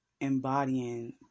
embodying